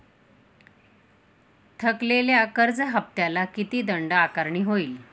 थकलेल्या कर्ज हफ्त्याला किती दंड आकारणी होईल?